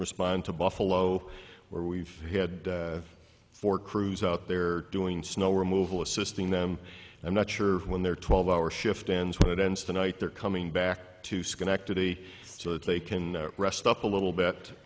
respond to buffalo where we've had four crews out there doing snow removal assisting them i'm not sure when their twelve hour shift ends when it ends tonight they're coming back to schenectady to they can rest up a little bit